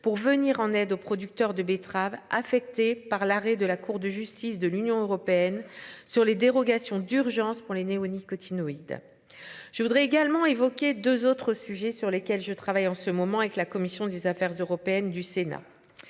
pour venir en aide aux producteurs de betteraves affectés par l'arrêt de la Cour de justice de l'Union européenne sur les dérogations d'urgence pour les néonicotinoïdes. Je voudrais également évoquer 2 autres sujets sur lesquels je travaille en ce moment avec la commission des affaires européennes du Sénat.